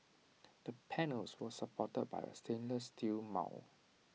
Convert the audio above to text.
the panels were supported by A stainless steel mount